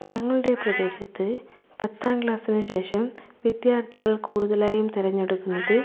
ഞങ്ങളുടെ പ്രദേശത്ത് പത്താം ക്ലാസിന് ശേഷം വിദ്യാർഥികൾ കൂടുതലായും തിരഞ്ഞെടുക്കുന്നത്